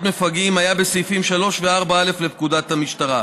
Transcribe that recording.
מפגעים הייתה בסעיפים 3 ו-4א לפקודת המשטרה.